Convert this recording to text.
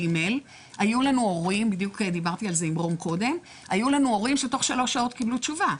היו לנו הורים שתוך שלוש שעות קיבלו תשובה.